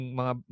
mga